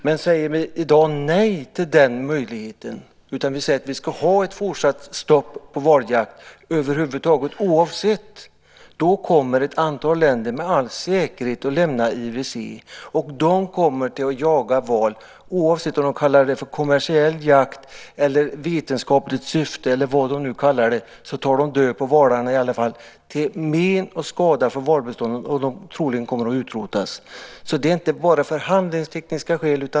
Men säger vi i dag nej till den möjligheten och i stället säger att vi ska ha ett fortsatt stopp på valjakt över huvud taget, oavsett hur det blir, då kommer ett antal länder med all säkerhet att lämna IWC, och de kommer att jaga val, oavsett om de kallar det för kommersiell jakt eller jakt i vetenskapligt syfte. Oavsett vad de nu kallar det så tar de död på valarna i alla fall till men och skada för valbestånden, som troligen kommer att utrotas. Det är alltså inte bara förhandlingstekniska skäl.